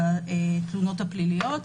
התלונות הפליליות.